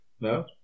No